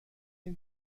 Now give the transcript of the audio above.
این